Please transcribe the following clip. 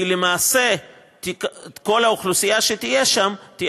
למעשה כל האוכלוסייה שתהיה שם תהיה